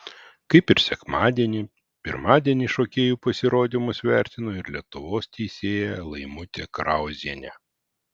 kaip ir sekmadienį pirmadienį šokėjų pasirodymus vertino ir lietuvos teisėja laimutė krauzienė